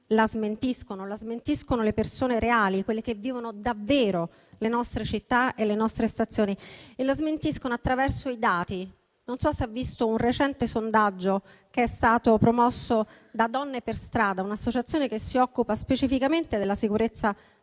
la smentiscono. La smentiscono le persone reali, quelle che vivono davvero le nostre città e le nostre stazioni e la smentiscono attraverso i dati. Non so se ha visto un recente sondaggio che è stato promosso da DonnexStrada, un'associazione che si occupa specificamente della sicurezza